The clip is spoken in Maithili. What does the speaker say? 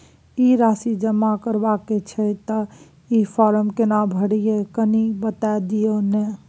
ई राशि जमा करबा के छै त ई फारम केना भरबै, कनी बता दिय न?